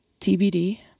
TBD